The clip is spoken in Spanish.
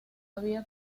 había